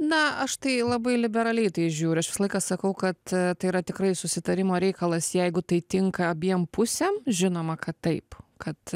na aš tai labai liberaliai į tai žiūriu aš visą laiką sakau kad tai yra tikrai susitarimo reikalas jeigu tai tinka abiem pusėm žinoma kad taip kad